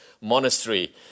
monastery